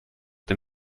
den